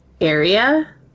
area